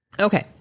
Okay